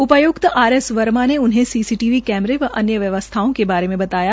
उपाय्क्त R S Verma ने उन्हें ॅसीसीटीवी कैमरे और अन्य व्वयस्था के बारे में बताया